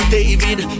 David